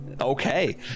Okay